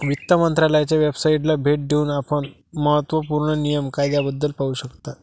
वित्त मंत्रालयाच्या वेबसाइटला भेट देऊन आपण महत्त्व पूर्ण नियम कायद्याबद्दल पाहू शकता